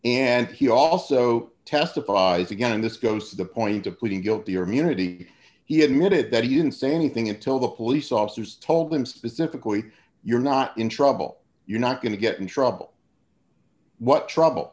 and he also testifies again and this goes to the point of pleading guilty or immunity he had noted that he didn't say anything until the police officers told him specifically you're not in trouble you're not going to get in trouble what trouble